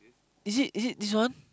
is it is it this one